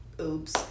oops